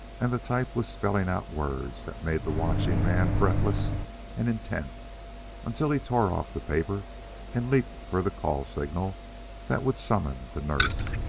and the type was spelling out words that made the watching man breathless and intent until he tore off the paper and leaped for the call signal that would summon the nurse.